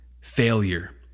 failure